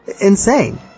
Insane